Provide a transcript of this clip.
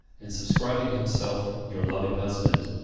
and subscribing himself your loving husband,